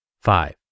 Five